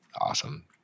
awesome